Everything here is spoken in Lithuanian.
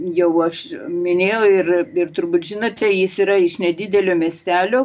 jau aš minėjau ir ir turbūt žinote jis yra iš nedidelio miestelio